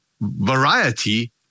variety